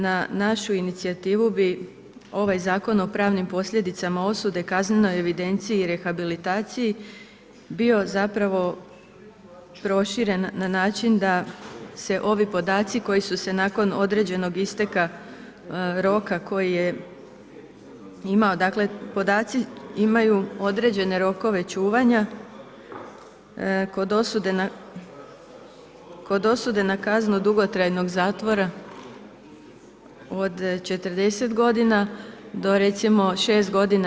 Na našu inicijativu bi ovaj Zakon o pravnim posljedicama osude, kaznenoj evidenciji i rehabilitaciji bio zapravo proširen na način da se ovi podaci koji su se nakon određenog isteka roka koji je imao dakle podaci imaju određene rokove čuvanja kod osude na kaznu dugotrajnog zatvora od 40 godina do recimo 6 godina